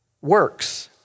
works